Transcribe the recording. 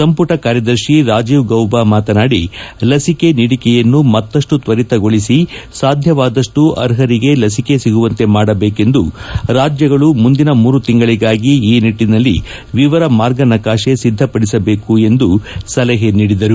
ಸಂಪುಟ ಕಾರ್ಯದರ್ಶಿ ರಾಜೀವ್ ಗೌಬಾ ಮಾತನಾಡಿ ಲಸಿಕೆ ನೀಡಿಕೆಯನ್ನು ಮತ್ತಷ್ಟು ತ್ವರಿತಗೊಳಿಸಿ ಸಾಧ್ಯವಾದಷ್ಟು ಅರ್ಹರಿಗೆ ಲಸಿಕೆ ಸಿಗುವಂತೆ ಮಾಡಬೇಕೆಂದು ರಾಜ್ಯಗಳು ಮುಂದಿನ ಮೂರು ತಿಂಗಳಿಗಾಗಿ ಈ ನಿಟ್ಟಿನಲ್ಲಿ ವಿವರ ಮಾರ್ಗ ನಕಾತೆ ಸಿದ್ದಪಡಿಸಬೇಕು ಎಂದು ಸಲಹೆ ನೀಡಿದರು